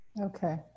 Okay